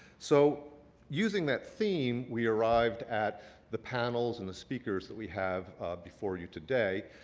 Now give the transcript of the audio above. so using that theme, we arrived at the panels and the speakers that we have before you today.